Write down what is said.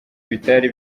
bitari